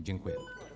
Dziękuję.